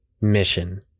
Mission